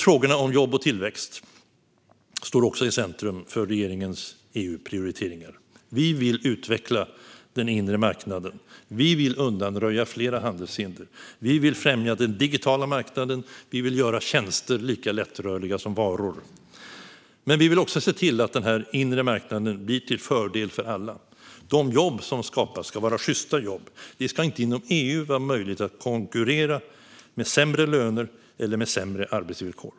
Frågorna om jobb och tillväxt står också i centrum för regeringens EU-prioritering. Vi vill utveckla den inre marknaden, vi vill undanröja flera handelshinder, vi vill främja den digitala marknaden och vi vill göra tjänster lika lättrörliga som varor. Men vi vill också se till att den inre marknaden blir till fördel för alla. De jobb som skapas ska vara sjysta; det ska inte vara möjligt att inom EU konkurrera med sämre löner eller sämre arbetsvillkor.